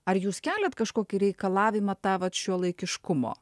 ar jūs keliat kažkokį reikalavimą tą vat šiuolaikiškumo